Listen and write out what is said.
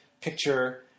picture –